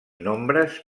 nombres